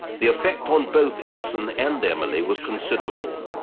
the effect on both ibsen and emily was considerable.